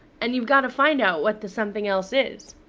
and you've got to find out what the something else is.